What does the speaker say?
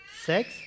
sex